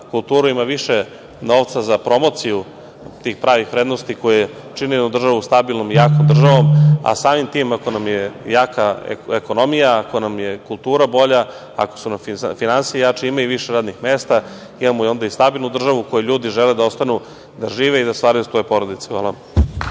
kulturu, ima više novca za promociju tih pravih vrednosti koje čine jednu državu stabilnom i jakom, a samim tim, ako nam je jaka ekonomija, ako nam je kultura bolja, ako su nam finansije jače, imamo više radnih mesta, imamo stabilnu državu u kojoj ljudi žele da ostanu da žive i da stvaraju svoje porodice.